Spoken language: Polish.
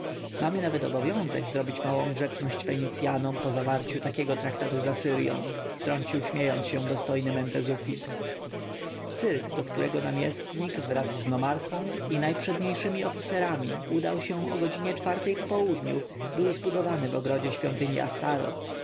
mamy nawet obowiązek zrobić małą grzeczność fenicjanom po zawarciu takiego traktatu z asyrją wtrącił śmiejąc się dostojny mentezufis cyrk do którego namiestnik wraz z nomarchą i najprzedniejszymi oficerami udał się o godzinie czwartej po południu był zbudowany w ogrodzie świątyni astoreth